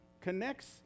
Connects